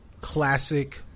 classic